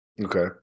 Okay